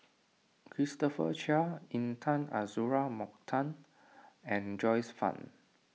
Christopher Chia Intan Azura Mokhtar and Joyce Fan